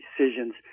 decisions